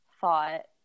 thought